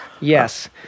Yes